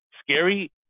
scary